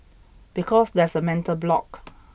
because there's a mental block